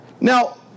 Now